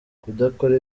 kudakora